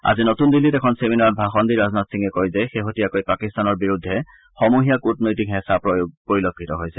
আজি নতুন দিল্লীত এখন ছেমিনাৰত ভাষণ দি ৰাজনাথ সিঙে কয় যে শেহতীয়াকৈ পাকিস্তানৰ বিৰুদ্ধে সমূহীয়া কূটনীতিক হেঁচা প্ৰয়োগ পৰিলক্ষিত হৈছে